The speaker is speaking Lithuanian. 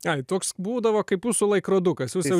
ai toks būdavo kaip jūsų laikrodukas jūs jau